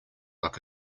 like